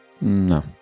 No